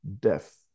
death